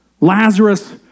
Lazarus